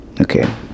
Okay